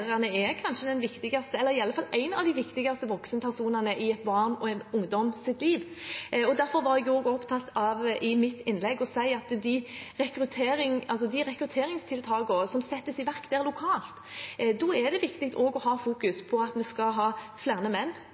er en av de viktigste voksenpersonene i et barns og en ungdoms liv. Derfor var jeg i mitt innlegg også opptatt av å si at når det gjelder de rekrutteringstiltakene som settes i verk lokalt, er det viktig å fokusere på at vi skal ha flere menn